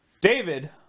David